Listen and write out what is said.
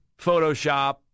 Photoshop